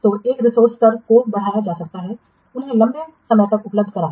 तो एक रिसोर्सेज स्तर को बढ़ाया जा सकता है उन्हें लंबे समय तक उपलब्ध कराना